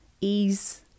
ease